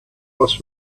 was